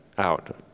out